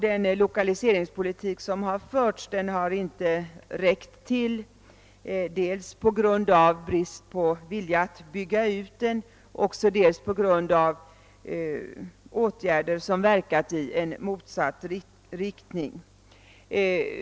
Den lokaliseringspolitik som förts har inte räckt till, dels på grund av bristande vilja att bygga ut den, dels på grund av åtgärder som verkat i motsatt riktning.